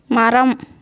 மரம்